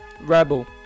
REBEL